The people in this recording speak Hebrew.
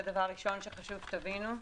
זה דבר ראשון שחשוב שתבינו.